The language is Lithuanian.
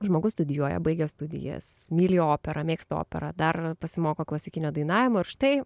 žmogus studijuoja baigęs studijas myli operą mėgsta operą dar pasimoko klasikinio dainavimo ir štai